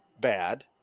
bad